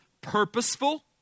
purposeful